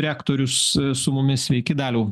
rektorius su mumis sveiki daliau